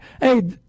Hey